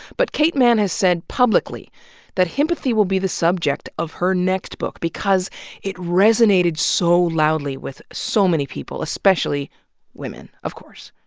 but kate manne has said publicly that himpathy will be the subject of her next book. because it resonated so loudly with so many readers especially women, of course.